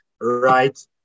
Right